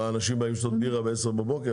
מה, אנשים באים לשתות בירה בעשר בבוקר?